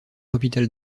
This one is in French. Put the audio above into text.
hôpital